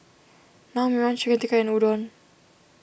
Naengmyeon Chicken Tikka and Udon